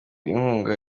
inkunga